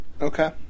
Okay